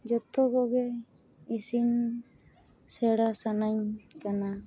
ᱡᱚᱛᱚ ᱠᱚᱜᱮ ᱤᱥᱤᱱ ᱥᱮᱬᱟ ᱥᱟᱹᱱᱟᱹᱧ ᱠᱟᱱᱟ